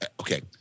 okay